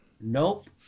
nope